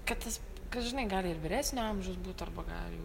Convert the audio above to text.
kad tas kad žinai gali ir vyresnio amžiaus būt arba gali